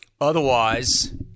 Otherwise